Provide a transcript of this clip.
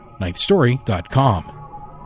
NinthStory.com